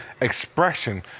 expression